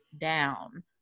down